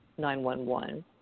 911